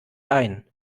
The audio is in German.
ein